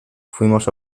fuimos